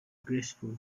graceful